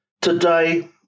Today